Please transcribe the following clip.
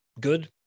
good